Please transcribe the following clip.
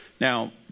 Now